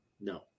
No